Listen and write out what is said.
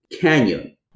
canyon